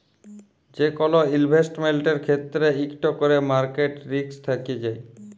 যে কল ইলভেসেটমেল্টের ক্ষেত্রে ইকট ক্যরে মার্কেট রিস্ক থ্যাকে যায়